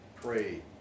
pray